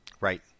Right